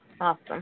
awesome